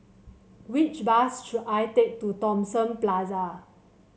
which bus should I take to Thomson Plaza